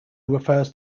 refers